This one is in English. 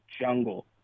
jungle